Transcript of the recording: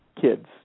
kids